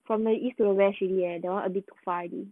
from the east to the west already eh that [one] a bit too far already